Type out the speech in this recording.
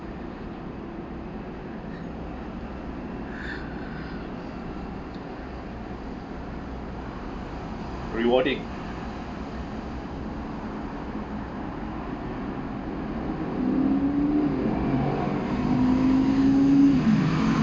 rewarding